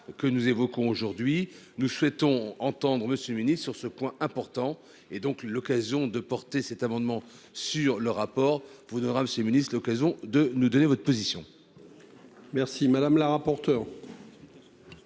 que nous évoquons aujourd'hui nous souhaitons entendre Monsieur sur ce point important et donc l'occasion de porter cet amendement sur le rapport vous donnera ses ministres à l'occasion de nous donner votre position. Merci madame la rapporteure.